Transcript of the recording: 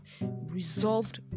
resolved